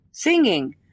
Singing